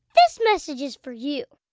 this message is for you